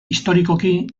historikoki